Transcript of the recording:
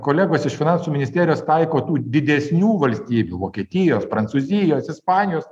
kolegos iš finansų ministerijos taiko tų didesnių valstybių vokietijos prancūzijos ispanijos